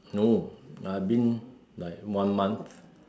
no I been like one month